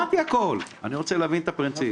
הבנתי הכל, אני רוצה להבין את הפרינציפ.